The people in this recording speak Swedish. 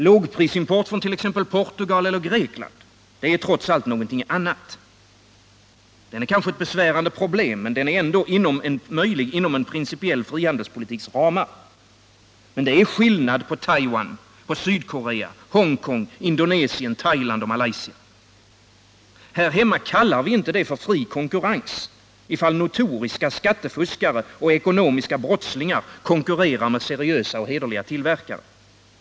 Lågprisimport från Portugal eller Grekland — det är trots allt något annat. Den är kanske ett besvärande problem, men den är ändå möjlig inom en principiell frihandelspolitiks ramar. Men det är någonting annat med Taiwan, Sydkorea, Hongkong, Indonesien, Thailand eller Malaysia. Här hemma kallar vi det inte fri konkurrens ifall notoriska skattefuskare och ekonomiska brottslingar konkurrerar med seriösa och hederliga tillverkare.